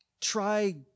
try